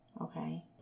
Okay